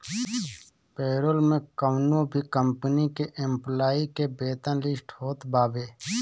payroll में कवनो भी कंपनी के एम्प्लाई के वेतन लिस्ट होत बावे